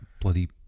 bloody